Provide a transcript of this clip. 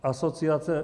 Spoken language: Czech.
Asociace.